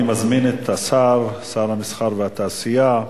אני מזמין את השר, שר המסחר והתעשייה.